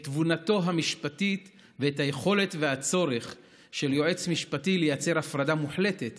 את תבונתו המשפטית ואת היכולת והצורך של יועץ משפטי לייצר הפרדה מוחלטת